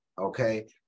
okay